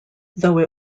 though